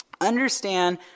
understand